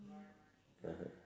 (uh huh)